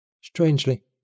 Strangely